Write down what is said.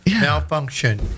Malfunction